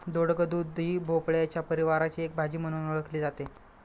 दोडक, दुधी भोपळ्याच्या परिवाराची एक भाजी म्हणून ओळखली जाते